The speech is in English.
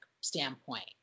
standpoint